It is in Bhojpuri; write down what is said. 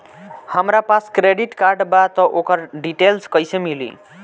हमरा पास क्रेडिट कार्ड बा त ओकर डिटेल्स कइसे मिली?